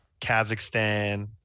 Kazakhstan